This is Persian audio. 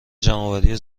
جمعآوری